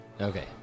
Okay